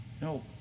No